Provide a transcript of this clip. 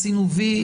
עשינו V,